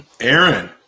Aaron